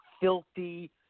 filthy